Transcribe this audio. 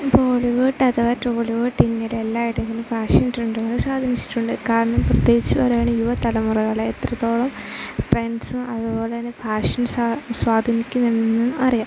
ബോളിവുഡ് അഥവാ ടോളിവുഡ് ഇങ്ങനെ എല്ലായിടങ്ങളിലും ഫാഷൻ ട്രൻഡുകൾ സ്വാധീനിച്ചിട്ടുണ്ട് കാരണം പ്രത്യേകിച്ച് പറയുകയാണെങ്കിൽ യുവ തലമുറകളെ എത്രത്തോളം ട്രെൻസും അതുപോലെതന്നെ ഫാഷൻ സ്വാധീനിക്കുന്നതെന്നും അറിയാം